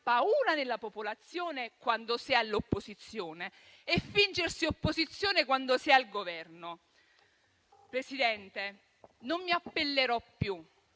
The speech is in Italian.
paura nella popolazione quando si è all'opposizione e a fingersi opposizione quando si è al Governo. Signor Presidente, non mi appellerò più